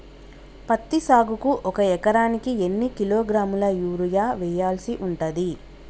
పత్తి సాగుకు ఒక ఎకరానికి ఎన్ని కిలోగ్రాముల యూరియా వెయ్యాల్సి ఉంటది?